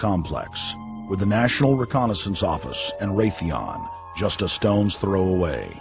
complex with the national reconnaissance office and raytheon just a stone's throw away